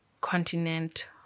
continent